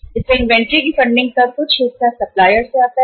इसलिए इन्वेंट्री की फंडिंग का कुछ हिस्सा सप्लायर से आता है